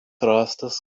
rastas